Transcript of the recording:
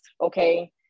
Okay